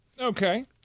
Okay